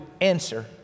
answer